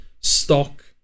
stock